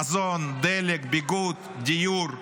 מזון, דלק, ביגוד, דיור,